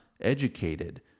educated